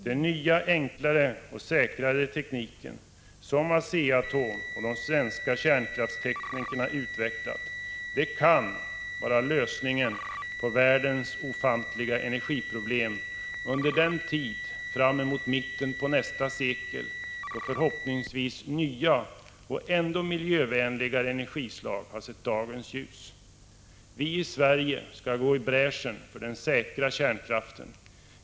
Den nya enklare och säkrare tekniken som ASEA-ATOM och svenska kärnkraftstekniker utvecklat kan vara lösningen på världens ofantliga energiproblem under den tid framemot mitten på nästa sekel, då förhoppningsvis nya och ännu miljövänligare energislag har sett dagens ljus. Vi i Sverige skall gå i bräschen för den säkra kärnkraften.